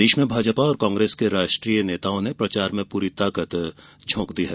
प्रदेश में भाजपा और कांग्रेस के राष्ट्रीय नेताओं ने प्रचार में पूरी ताकत झोंक दी है